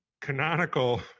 canonical